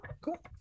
cool